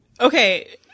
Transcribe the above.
Okay